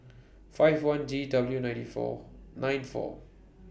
five one G W ninety four nine four